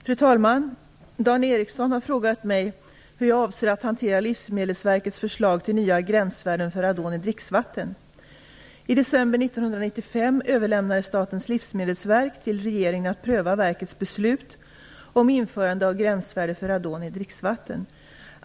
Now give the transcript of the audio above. Fru talman! Dan Ericsson har frågat mig hur jag avser att hantera Livsmedelsverkets förslag till nya gränsvärden för radon i dricksvatten. I december 1995 överlämnade Statens livsmedelsverk till regeringen att pröva verkets beslut om införande av gränsvärde för radon i dricksvatten.